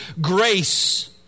Grace